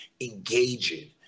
engaging